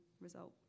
result